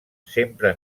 sempre